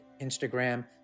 Instagram